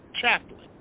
chaplain